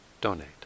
donate